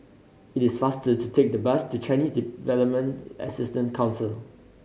it is faster to take the bus to Chinese Development Assistance Council